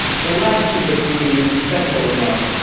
the last of the crew needs especial remark,